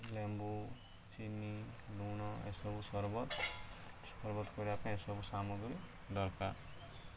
ଲେମ୍ବୁ ଚିନି ଲୁଣ ଏସବୁ ସର୍ବତ ସର୍ବତ କରିବା ପାଇଁ ଏସବୁ ସାମଗ୍ରୀ ଦରକାର